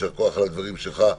יישר כוח על הדברים שלך,